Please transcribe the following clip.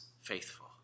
faithful